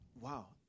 wow